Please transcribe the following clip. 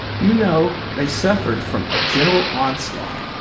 you know they suffered from a general onslaught.